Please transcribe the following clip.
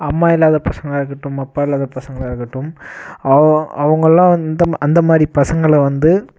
அம்மா இல்லாத பசங்களா இருக்கட்டும் அப்பா இல்லாத பசங்களா இருக்கட்டும் அவ் அவங்கள்லாம் அந்த அந்த மாதிரி பசங்களை வந்து